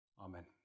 Amen